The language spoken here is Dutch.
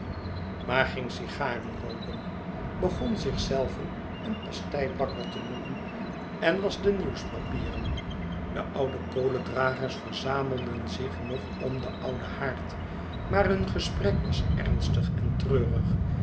maar hij ging sigaren rooken begon zich zelven een pasteibakker te noemen en las denieuwspapieren de oude kolendragers verzamelden zich nog om den ouden haard maar hun gesprek was ernstig en treurig